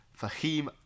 Fahim